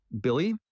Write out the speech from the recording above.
Billy